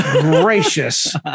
gracious